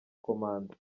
komanda